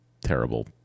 terrible